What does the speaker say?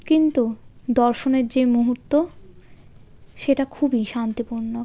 কিন্তু দর্শনের যে মুহূর্ত সেটা খুবই শান্তিপূর্ণ